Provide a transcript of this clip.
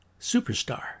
superstar